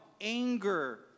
anger